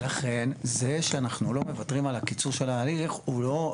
ולכן זה שאנחנו לא מוותרים על הקיצור של ההליך הוא לא,